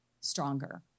stronger